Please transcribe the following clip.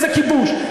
איזה כיבוש?